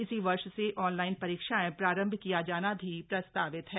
इसी वर्ष से ऑनलाइन परीक्षाएं प्रारम्भ किया जाना भी प्रस्तावित है